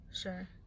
Sure